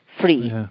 free